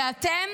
ואתם